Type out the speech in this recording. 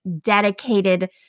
dedicated